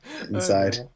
inside